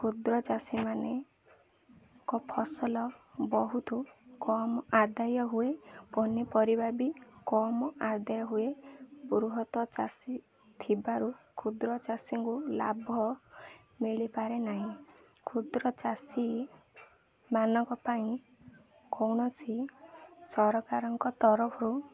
କ୍ଷୁଦ୍ର ଚାଷୀମାନଙ୍କ ଫସଲ ବହୁତୁ କମ୍ ଆଦାୟ ହୁଏ ପନିପରିବା ବି କମ୍ ଆଦାୟ ହୁଏ ବୃହତ ଚାଷୀ ଥିବାରୁ କ୍ଷୁଦ୍ରଚଷୀଙ୍କୁ ଲାଭ ମିଳିପାରେ ନାହିଁ କ୍ଷୁଦ୍ର ଚାଷୀମାନାନଙ୍କ ପାଇଁ କୌଣସି ସରକାରଙ୍କ ତରଫରୁ